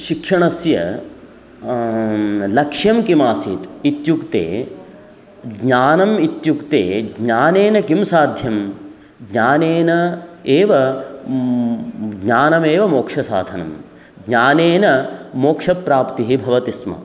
शिक्षणस्य लक्ष्यं किमासीत् इत्युक्ते ज्ञानम् इत्युक्ते ज्ञानेन किं साध्यं ज्ञानेन एव ज्ञानमेव मोक्षसाधनं ज्ञानेन मोक्षप्राप्तिः भवति स्म